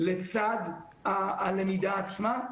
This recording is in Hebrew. לצד הלמידה עצמה.